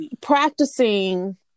practicing